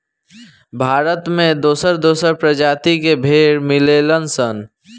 भारत में दोसर दोसर प्रजाति के भेड़ मिलेलन सन